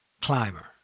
climber